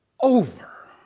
over